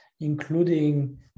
including